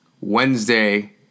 Wednesday